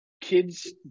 Kids